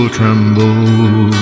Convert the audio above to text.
tremble